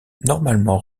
normalement